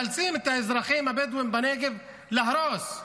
מאלצים את האזרחים הבדואים בנגב להרוס.